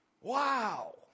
Wow